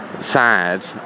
sad